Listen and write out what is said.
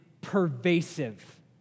pervasive